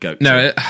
no